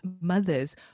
mothers